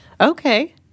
Okay